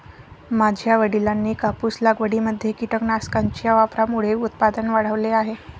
माझ्या वडिलांनी कापूस लागवडीमध्ये कीटकनाशकांच्या वापरामुळे उत्पादन वाढवले आहे